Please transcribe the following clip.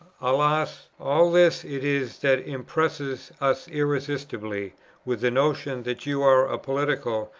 alas! all this it is that impresses us irresistibly with the notion that you are a political,